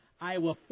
Iowa